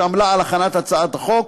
שעמלה על הכנת הצעת החוק.